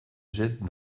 jette